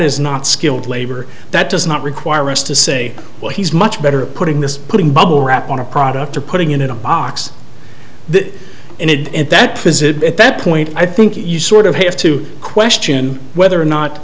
is not skilled labor that does not require us to say well he's much better putting this putting bubble wrap on a product or putting in a box that and it at that position at that point i think you sort of have to question whether or not